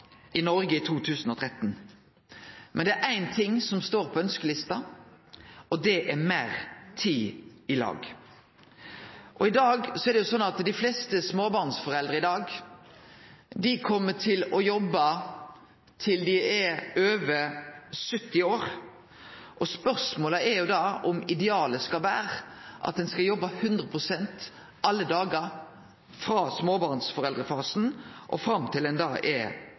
i Noreg i 2013. Men det er éin ting som står på ønskelista, og det er meir tid i lag. Dei fleste småbarnsforeldra i dag kjem til å jobbe til dei er over 70 år. Spørsmålet er om idealet skal vere at ein skal jobbe 100 pst. alle dagar – frå småbarnsforeldrefasen og fram til ein er over 70 år. Me ser òg bekymringsfulle trekk i utviklinga når det gjeld sjukefråveret. Kvinnefråveret ligg over gjennomsnittet, og utviklinga er